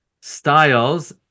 styles